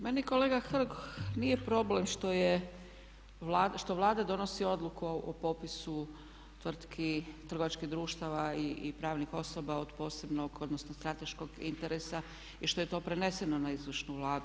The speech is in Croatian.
Meni kolega Hrg nije problem što Vlada donosi odluku o popisu tvrtki, trgovačkih društava i pravnih osoba od posebnog, odnosno strateškog interesa i što je to preneseno na izvršnu Vladu.